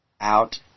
out